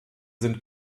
sind